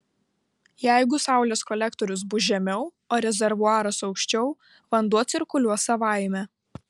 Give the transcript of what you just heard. jeigu saulės kolektorius bus žemiau o rezervuaras aukščiau vanduo cirkuliuos savaime